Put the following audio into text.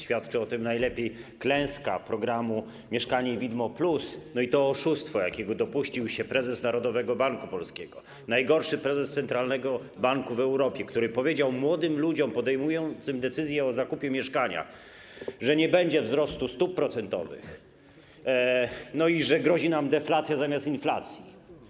Świadczy o tym najlepiej klęska programu Mieszkanie widmo+ i to oszustwo, jakiego dopuścił się prezes Narodowego Banku Polskiego, najgorszy prezes centralnego banku w Europie, który powiedział młodym ludziom podejmującym decyzję o zakupie mieszkania, że nie będzie wzrostu stóp procentowych i że grozi nam deflacja zamiast inflacji.